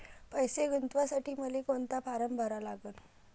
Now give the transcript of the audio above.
पैसे गुंतवासाठी मले कोंता फारम भरा लागन?